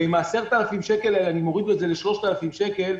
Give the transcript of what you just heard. ואם את ה-10,000 האלה מורידים את זה ל-3,000 שקל,